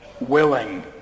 willing